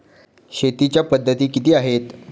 शेतीच्या पद्धती किती आहेत?